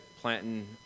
planting